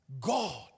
God